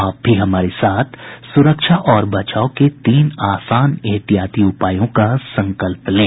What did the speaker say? आप भी हमारे साथ सुरक्षा और बचाव के तीन आसान एहतियाती उपायों का संकल्प लें